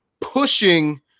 pushing